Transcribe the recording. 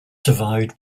survived